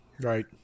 Right